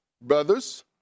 Brothers